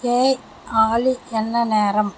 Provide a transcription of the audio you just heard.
ஏய் ஆலி என்ன நேரம்